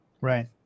right